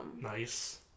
nice